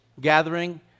gathering